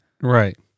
Right